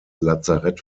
lazarett